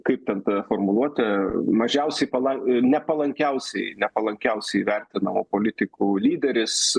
kaip ten ta formuluotė mažiausiai palan nepalankiausiai nepalankiausiai vertinamų politikų lyderis